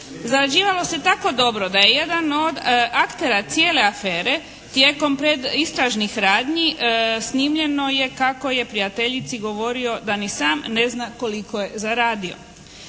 Zarađivalo se tako dobro da je jedan od aktera cijele afere tijekom predistražnih radnji snimljeno je kako je prijateljici govorio da ni sam ne zna koliko je zaradio.